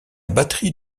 batterie